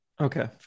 okay